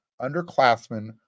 underclassmen